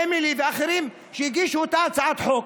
אמילי ואחרים, שהגישו את אותה הצעת החוק.